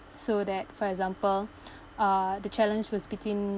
so that for example uh the challenge was between